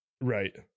Right